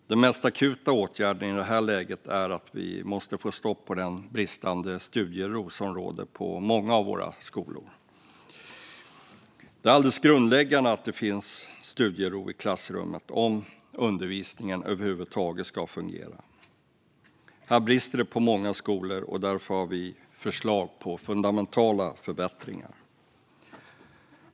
De mest akuta åtgärderna som måste vidtas i detta läge handlar om att få stopp på den bristande studiero som råder i många av våra skolor. Det är alldeles grundläggande att det finns studiero i klassrummet om undervisningen över huvud taget ska fungera. Här brister det på många skolor, och därför har vi förslag på fundamentala förbättringar.